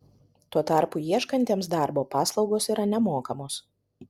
tuo tarpu ieškantiems darbo paslaugos yra nemokamos